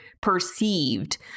perceived